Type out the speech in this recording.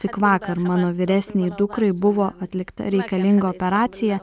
tik vakar mano vyresnei dukrai buvo atlikta reikalinga operacija